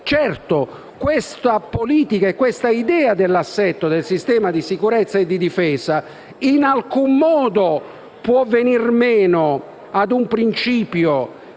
Certo, questa politica e questa idea dell'assetto del sistema di sicurezza e di difesa in alcun modo possono venir meno al principio